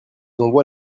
envoi